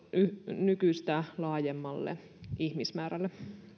nykyistä laajemmalle ihmismäärälle